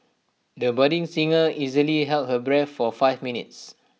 the budding singer easily held her breath for five minutes